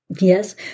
Yes